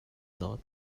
dawt